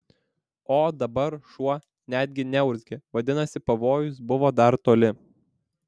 o dabar šuo netgi neurzgė vadinasi pavojus buvo dar toli